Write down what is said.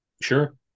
Sure